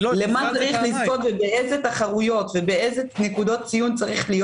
למה צריך לזכות ובאילו תחרויות ובאילו נקודות ציון צריך להיות